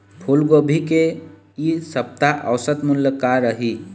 फूलगोभी के इ सप्ता औसत मूल्य का रही?